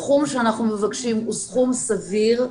הסכום שאנחנו מבקשים הוא סכום סביר.